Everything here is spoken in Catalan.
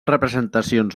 representacions